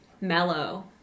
mellow